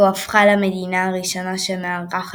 אמריקה הדרומית CONMEBOL; אירחה